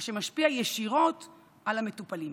מה שמשפיע ישירות על המטופלים.